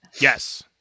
Yes